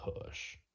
push